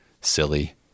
silly